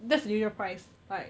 that's the usual price like